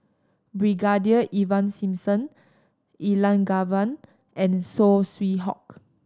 Brigadier Ivan Simson Elangovan and Saw Swee Hock